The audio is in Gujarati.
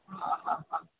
હા હા હ